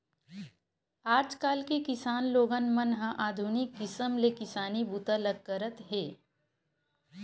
आजकाल के किसान लोगन मन ह आधुनिक किसम ले किसानी बूता ल करत हे